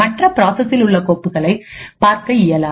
மற்ற பிராசஸசில் உள்ள கோப்புகளைபார்க்க இயலாது